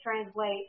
translate